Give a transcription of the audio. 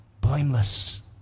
blameless